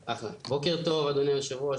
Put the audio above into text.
בוקר טוב אדוני יושב הראש,